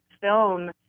film